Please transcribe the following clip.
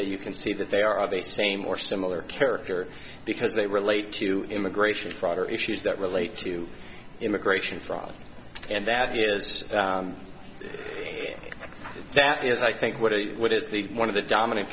that you can see that they are of the same or similar character because they relate to immigration fraud or issues that relate to immigration fraud and that is that is i think what what is the one of the dominant